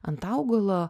ant augalo